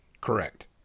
Correct